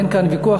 אין כאן ויכוח,